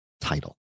title